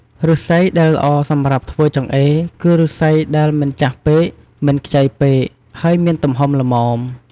ឫស្សីដែលល្អសម្រាប់ធ្វើចង្អេរ គឺឫស្សីដែលមិនចាស់ពេក មិនខ្ចីពេក ហើយមានទំហំល្មម។